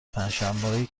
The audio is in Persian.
پنجشنبههایی